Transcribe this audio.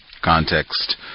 Context